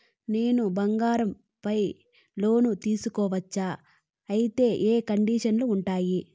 నేను బంగారం పైన లోను తీసుకోవచ్చా? అయితే ఏ కండిషన్లు ఉంటాయి?